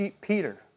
Peter